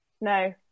No